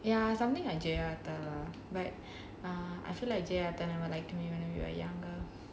ya something like J R tan but I feel like J R tan never liked me when we were young